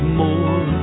more